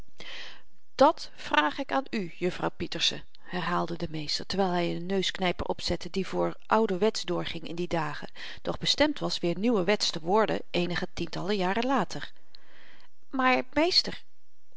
dàt vraag ik aan u juffrouw pieterse herhaalde de meester terwyl hy n neusknyper opzette die voor ouwerwetsch doorging in die dagen doch bestemd was weer nieuwerwetsch te worden eenige tientallen jaren later maar meester